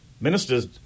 ministers